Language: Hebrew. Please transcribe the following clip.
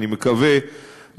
אני מקווה,